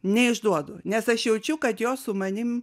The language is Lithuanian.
neišduodu nes aš jaučiu kad jo su manim